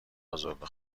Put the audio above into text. ازرده